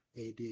AD